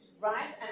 right